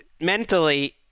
mentally